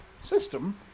system